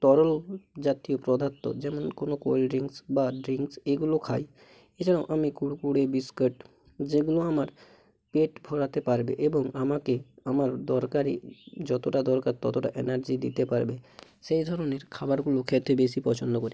তরল জাতীয় পদার্থ যেমন কোনো কোল্ড ড্রিঙ্কস বা ড্রিঙ্কস এগুলো খাই এছাড়াও আমি কুরকুরে বিস্কুট যেগুলো আমার পেট ভরাতে পারবে এবং আমাকে আমার দরকারে যতটা দরকার ততটা এনার্জি দিতে পারবে সেই ধরনের খাবারগুলো খেতে বেশি পছন্দ করি